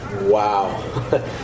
wow